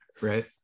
Right